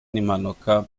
n’impanuka